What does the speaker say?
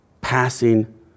passing